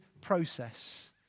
process